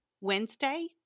wednesday